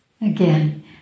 Again